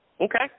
Okay